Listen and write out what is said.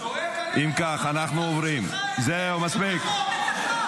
אם כך, אנחנו עוברים, זהו, מספיק.